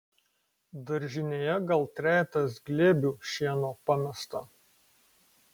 daržinėje gal trejetas glėbių šieno pamesta